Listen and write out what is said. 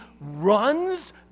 runs